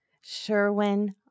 Sherwin